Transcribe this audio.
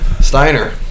Steiner